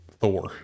Thor